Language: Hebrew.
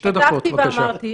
אותו הכרח ביטחוני, שכפי שאמרת,